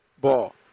ball